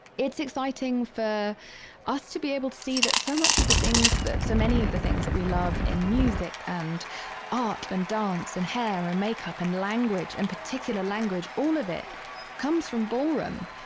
it's exciting for us to be able to see that so much of the things that, so many of the things that we love in music and art and dance and hair and makeup and language and particular language, all of it comes from ballroom.